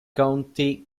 county